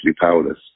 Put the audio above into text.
powerless